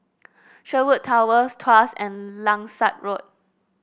Sherwood Towers Tuas and Langsat Road